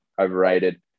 overrated